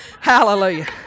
Hallelujah